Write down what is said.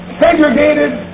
segregated